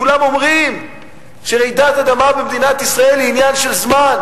כולם אומרים שרעידת אדמה במדינת ישראל היא עניין של זמן.